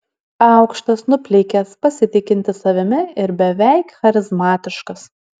aukštas nuplikęs pasitikintis savimi ir beveik charizmatiškas